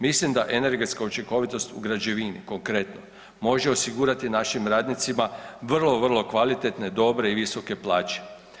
Mislim da energetska učinkovitost u građevini konkretno može osigurati našim radnicima vrlo, vrlo kvalitetne dobre i visoke plaće.